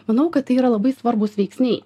manau kad tai yra labai svarbūs veiksniai